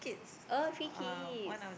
oh three kids